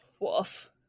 woof